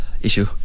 issue